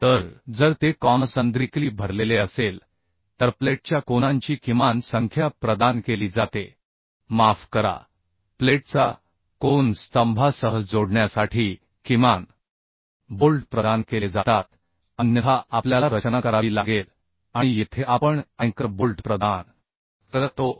तर जर ते कॉनसन्द्रीकली भरलेले असेल तर प्लेटच्या कोनांची किमान संख्या प्रदान केली जाते माफ करा प्लेटचा कोन स्तंभासह जोडण्यासाठी किमान बोल्ट प्रदान केले जातात अन्यथा आपल्याला रचना करावी लागेल आणि येथे आपण अँकर बोल्ट प्रदान करतो